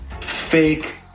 fake